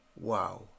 Wow